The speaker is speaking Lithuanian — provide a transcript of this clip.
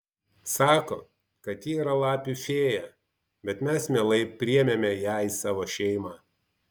sako kad ji yra lapių fėja bet mes mielai priėmėme ją į savo šeimą